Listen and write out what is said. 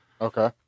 Okay